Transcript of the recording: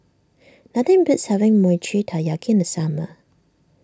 nothing beats having Mochi Taiyaki in the summer